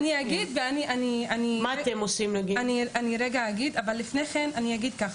אני אגיד, אבל לפני כן אני אגיד ככה,